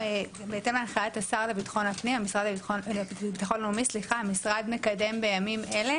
בהתאם להנחיית המשרד לביטחון לאומי המשרד מקדם בימים אלה